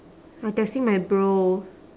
I texting my bro